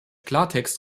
klartext